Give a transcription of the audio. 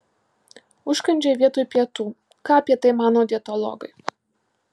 užkandžiai vietoj pietų ką apie tai mano dietologai